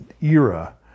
era